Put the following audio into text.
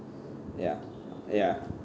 ya ya